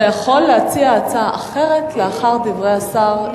אתה יכול להציע הצעה אחרת לאחר דברי השר,